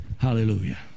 Hallelujah